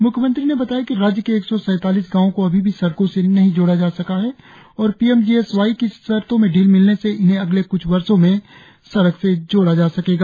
म्ख्यमंत्री ने बताया कि राज्य के एक सौ सैतालीस गांवों को अभी भी सड़कों से नहीं जोड़ा जा सका है और P M G S Y की शर्तो में ढील मिलने से इन्हें अगले क्छ वर्षो में सड़क से जोड़ा जा सकेगा